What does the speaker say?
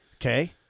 Okay